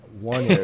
one